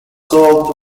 sold